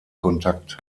kontakt